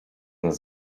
nas